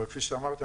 אבל כפי שאמרתי,